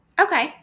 Okay